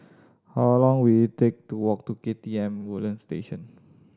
how long will it take to walk to K T M Woodlands Station